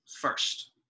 first